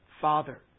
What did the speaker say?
Father